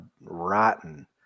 rotten